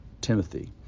Timothy